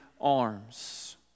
arms